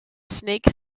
snake